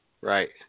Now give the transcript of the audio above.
Right